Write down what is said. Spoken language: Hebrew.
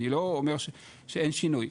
אני לא אומר שאין שינוי,